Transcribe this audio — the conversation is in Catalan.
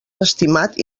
estimat